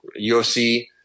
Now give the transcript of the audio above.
UFC